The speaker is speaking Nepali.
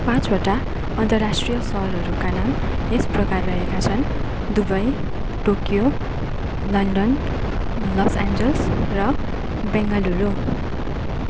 पाँचवटा अन्तर्राष्ट्रिय सहरहरूका नाम यस प्रकार रहेका छन् Dubai Tokyo London Los Angeles र बेङ्गलुरु